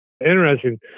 Interesting